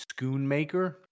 Schoonmaker